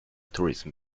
tourism